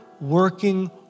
working